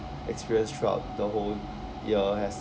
experience throughout the whole year as